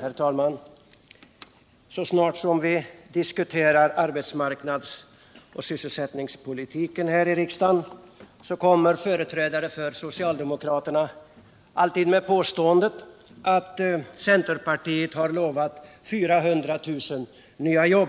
Herr talman! Så snart vi diskuterar arbetsmarknadsoch sysselsättningspolitik här i riksdagen kommer företrädare för socialdemokraterna med påståendet att centern har lovat 400 000 nya jobb.